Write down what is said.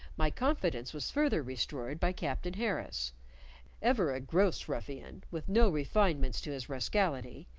my confidence was further restored by captain harris ever a gross ruffian, with no refinements to his rascality,